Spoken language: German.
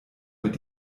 mit